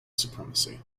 supremacy